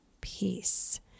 peace